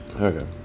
Okay